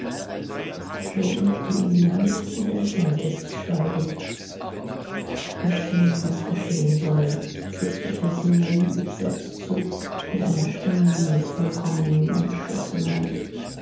yoe drückte ihm die hand und entfernte sich schweigend möge geschehen was geschehen soll flüsterte zenon sich selbst zu mit einer stillen und vollkommenen entschlossenheit